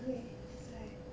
会 that's why